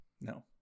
No